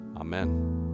amen